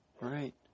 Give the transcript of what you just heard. Right